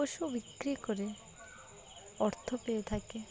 পশু বিক্রি করে অর্থ পেয়ে থাকে